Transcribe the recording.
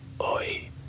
Oi